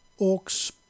orcs